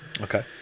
Okay